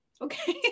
Okay